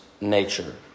nature